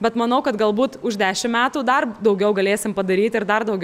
bet manau kad galbūt už dešimt metų dar daugiau galėsim padaryti ir dar daugiau